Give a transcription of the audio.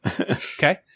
Okay